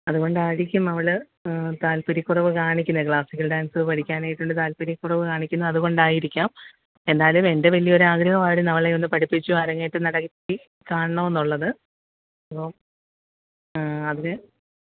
അതുകൊണ്ടായിരിക്കും അവള് താല്പര്യക്കുറവ് കാണിക്കുന്നത് ക്ലാസിക്കൽ ഡാൻസ് പഠിക്കാനായിട്ടുള്ള താൽപര്യക്കുറവ് കാണിക്കുന്നത് അതുകൊണ്ടായിരിക്കാം എന്നാലും എൻ്റെ വലിയൊരു ആഗ്രഹവായിരുന്നു അവളെ ഒന്നു പഠിപ്പിച്ച് അരങ്ങേറ്റം നടത്തി കാണണം എന്നുള്ളത് അപ്പോൾ അതിന്